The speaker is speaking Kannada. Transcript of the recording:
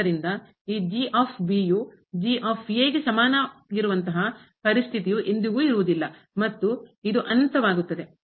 ಆದ್ದರಿಂದ ಈ ಮತ್ತು ಇದು ಅನಂತವಾಗುತ್ತದೆ